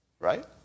Right